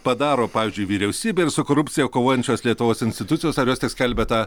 padaro pavyzdžiui vyriausybė ir su korupcija kovojančios lietuvos institucijos ar jos teskelbia tą